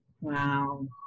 Wow